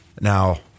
Now